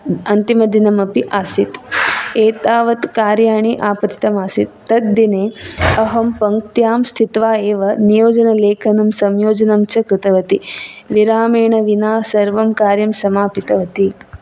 अन्तिमदिनमपि आसीत् एतावत् कार्याणि आपतितम् आसीत् तद्दिने अहं पङ्क्त्यां स्थित्वा एव नियोजन लेखनं संयोजनं च कृतवती विरामेण विना सर्वं कार्यं समापितवती